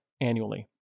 annually